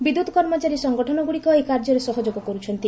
ବିଦ୍ୟତ୍ କର୍ମଚାରୀ ସଂଗଠନଗୁଡ଼ିକ ଏହି କାର୍ଯ୍ୟରେ ସହଯୋଗ କରୁଛନ୍ତି